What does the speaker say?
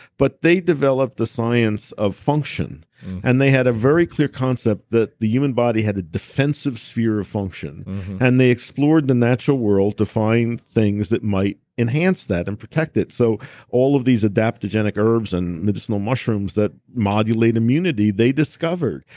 but they developed the science of function and they had a very clear concept that the human body had the defensive sphere of function and they explored the natural world to find things that might enhance that and protect it so all of these adaptogenic herbs and medicinal mushrooms that modulate immunity, they discovered.